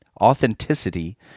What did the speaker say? authenticity